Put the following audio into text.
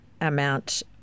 amount